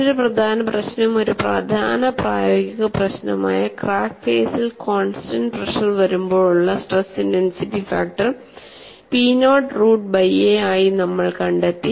മറ്റൊരു പ്രധാന പ്രശ്നം ഒരു പ്രധാന പ്രായോഗിക പ്രശ്നമായ ക്രാക്ക് ഫേസിൽ കോൺസ്റ്റന്റ് പ്രെഷർ വരുമ്പോഴുള്ള stress intensity factor p nought root by a ആയി നമ്മൾ കണ്ടെത്തി